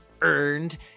earned